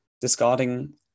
discarding